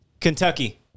Kentucky